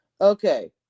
Okay